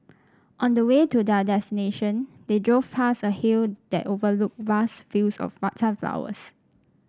on the way to their destination they drove past a hill that overlooked vast fields of flowers